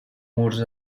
murs